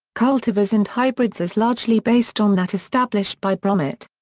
cultivars and hybrids is largely based on that established by brummitt.